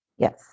Yes